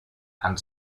and